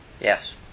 Yes